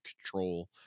control